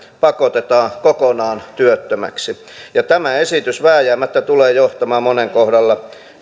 pakotetaan kokonaan työttömäksi tämä esitys vääjäämättä tulee johtamaan monen kohdalla